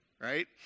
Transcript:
Right